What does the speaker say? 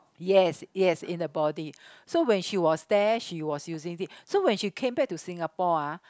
yes yes in a body so when she was there she was using this so when she came back to Singapore ah